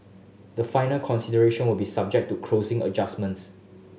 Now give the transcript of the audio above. the final consideration will be subject to closing adjustments